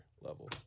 level